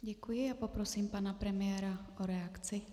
Děkuji a poprosím pana premiéra o reakci.